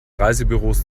reisebüros